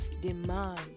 demand